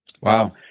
Wow